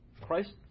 Christ